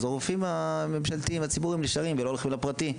אז הרופאים הממשלתיים הציבוריים נשארים ולא הולכים לפרטי.